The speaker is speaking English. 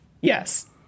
Yes